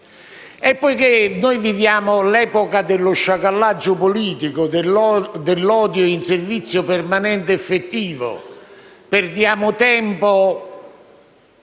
Poiché viviamo l'epoca dello sciacallaggio politico e dell'odio in servizio permanente ed effettivo, perdiamo tempo